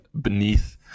beneath